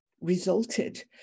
resulted